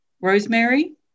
rosemary